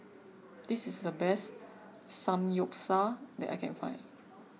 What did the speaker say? this is the best Samgyeopsal that I can find